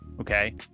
okay